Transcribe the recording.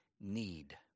need